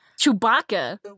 Chewbacca